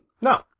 No